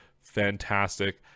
fantastic